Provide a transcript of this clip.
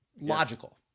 logical